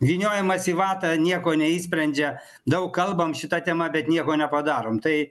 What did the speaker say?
vyniojimas į vatą nieko neišsprendžia daug kalbam šita tema bet nieko nepadarom tai